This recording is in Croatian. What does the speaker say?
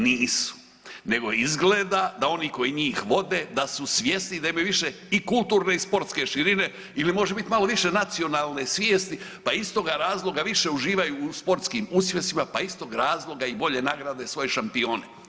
Nisu nego izgleda da oni koji njih vode da su svjesni da imaju više i kulturne i sportske širine ili može biti malo više nacionalne svijesti pa iz toga razloga više uživaju u sportskim uspjesima, pa iz tog razloga i bolje nagrade svoje šampione.